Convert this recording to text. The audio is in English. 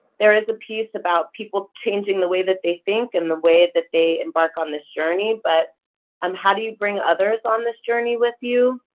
there is a piece about people changing the way that they think, and the way that they embark on this journey, but and how do you bring others on this journey with you?